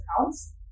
accounts